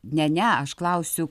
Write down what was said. ne ne aš klausiu